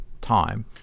time